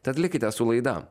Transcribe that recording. tad likite su laida